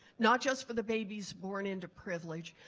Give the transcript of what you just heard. not just for the babies born into privilege,